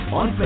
on